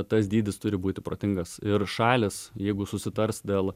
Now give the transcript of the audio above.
tas dydis turi būti protingas ir šalys jeigu susitars dėl